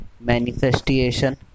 Manifestation